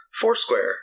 Foursquare